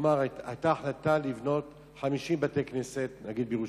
היתה החלטה לבנות 50 בתי-כנסת, נגיד בירושלים,